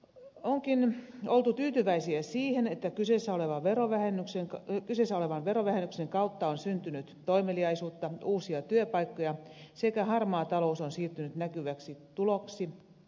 onkin oltu tyytyväisiä siihen että kyseessä olevan verovähennyksen kautta on syntynyt toimeliaisuutta uusia työpaikkoja sekä harmaa talous on siirtynyt näkyväksi tuloksi